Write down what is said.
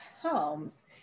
homes